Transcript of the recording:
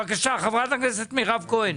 בבקשה, חברת הכנסת מירב כהן.